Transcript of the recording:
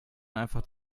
einfach